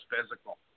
physical